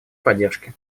поддержке